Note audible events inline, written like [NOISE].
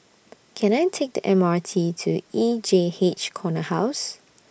[NOISE] Can I Take The M R T to E J H Corner House